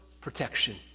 protection